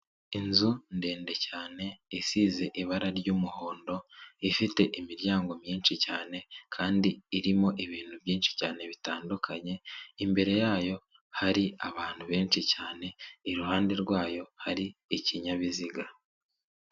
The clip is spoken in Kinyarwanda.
Inzu ndende cyane isize ibara ry'umuhondo ifite imiryango myinshi cyane kandi irimo ibintu byinshi cyane bitandukanye imbere yayo hari abantu benshi cyane iruhande rwayo hari ikinyabiziga.